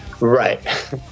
Right